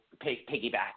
piggyback